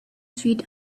sweet